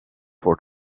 for